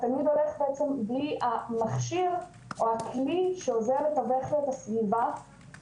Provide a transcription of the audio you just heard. התלמיד הולך בעצם בלי המכשיר או הכלי שעוזר לתווך לו את הסביבה,